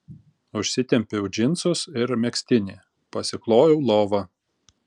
užsitempiau džinsus ir megztinį pasiklojau lovą